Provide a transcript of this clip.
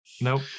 Nope